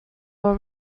will